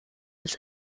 als